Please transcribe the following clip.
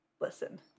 listen